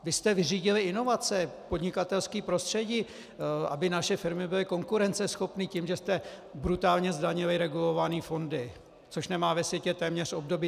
Vy jste vyřídili inovace, podnikatelské prostředí, aby naše firmy byly konkurenceschopné, tím, že jste brutálně zdanili regulované fondy, což nemá ve světě téměř obdoby.